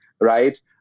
right